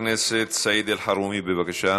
חבר הכנסת סעיד אלחרומי, בבקשה.